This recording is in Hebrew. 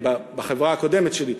בחברה הקודמת שלי,